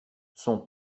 son